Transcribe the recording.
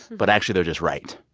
but actually they're just right,